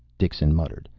dixon muttered.